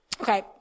Okay